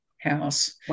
house